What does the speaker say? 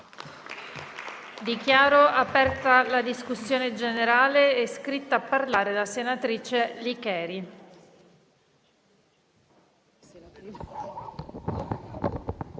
Dichiaro aperta la discussione generale. È iscritta a parlare la senatrice Licheri.